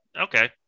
okay